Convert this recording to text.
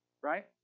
right